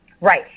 Right